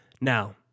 Now